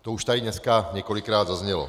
To už tady dneska několikrát zaznělo.